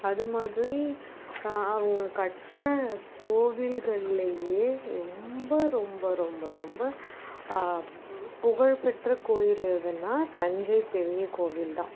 அது மாதிரி அவங்க கட்டின கோவில்கள்லயே ரொம்ப ரொம்ப ரொம்ப ரொம்ப புகழ்பெற்ற கோயில் எதுன்னா தஞ்சை பெரிய கோவில் தான்